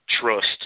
trust